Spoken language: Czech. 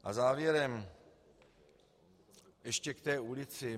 A závěrem ještě k té ulici.